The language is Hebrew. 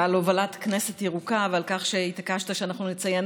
על הובלת כנסת ירוקה ועל כך שהתעקשת שנציין